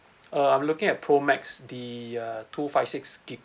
uh I'm looking at pro max the uh two five six gig